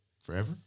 forever